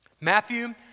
Matthew